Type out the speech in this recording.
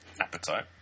appetite